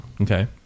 Okay